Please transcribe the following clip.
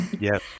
Yes